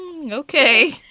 Okay